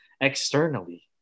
externally